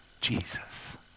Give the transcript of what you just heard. Jesus